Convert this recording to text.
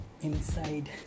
inside